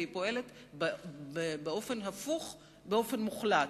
והיא פועלת באופן הפוך באופן מוחלט.